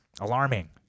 alarming